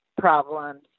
problems